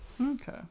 Okay